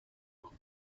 world